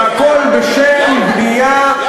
והכול בשם בנייה.